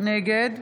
נגד